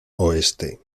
oeste